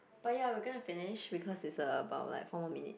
but ya we're gonna finish because it's about like four more minute